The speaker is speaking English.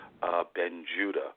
Ben-Judah